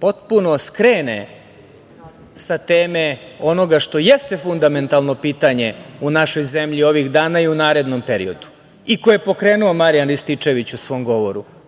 potpuno skrene sa teme onoga što jeste fundamentalno pitanje u našoj zemlji ovih dana i u narednom periodu i koje je pokrenuo Marijan Rističević